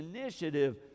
initiative